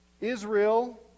Israel